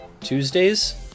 Tuesdays